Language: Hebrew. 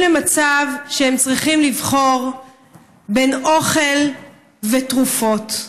למצב שהם צריכים לבחור בין אוכל לתרופות.